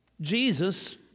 Jesus